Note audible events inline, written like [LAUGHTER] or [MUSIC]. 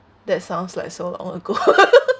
that sounds like so long ago [LAUGHS]